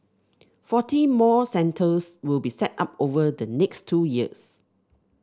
forty more centres will be set up over the next two years